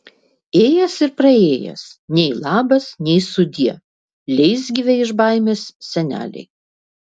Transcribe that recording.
ėjęs ir praėjęs nei labas nei sudie leisgyvei iš baimės senelei